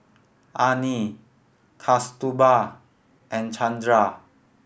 Anil Kasturba and Chandra